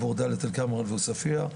דלית אל-כרמל ועוספיה,